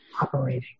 operating